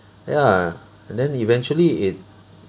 ya and then eventually it